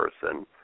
person